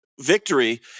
victory